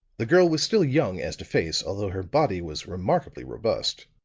the girl was still young as to face, although her body was remarkably robust.